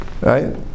right